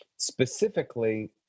specifically